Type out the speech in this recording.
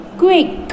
quick